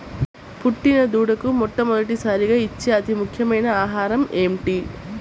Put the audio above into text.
పుట్టిన దూడకు మొట్టమొదటిసారిగా ఇచ్చే అతి ముఖ్యమైన ఆహారము ఏంటి?